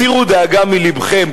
הסירו דאגה מלבכם,